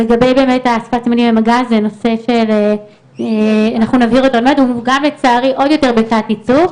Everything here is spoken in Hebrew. לגבי באמת שפת הסימנים במגע זה נושא שהוא גם לצערי עוד יותר בתת ייצוג,